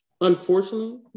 unfortunately